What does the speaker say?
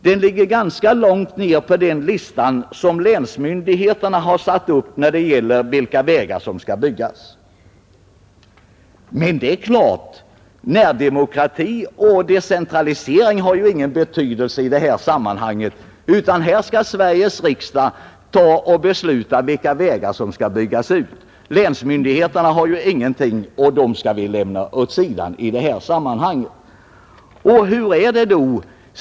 Den ligger ganska långt ned på den lista som länsmyndigheterna har satt upp när det gäller vilka vägar som skall utbyggas. Men det är klart: Närdemokrati och decentralisering har ju ingen betydelse i detta sammanhang, utan här skall Sveriges riksdag besluta vilka vägar som skall byggas ut. Länsmyndigheterna har ingenting att säga till om, och dem skall vi lämna åt sidan i detta sammanhang! Hur är det då?